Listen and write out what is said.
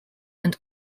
and